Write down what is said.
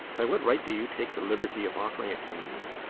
by what right do you take the liberty of offering it to me?